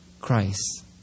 Christ